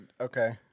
Okay